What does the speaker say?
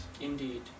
Indeed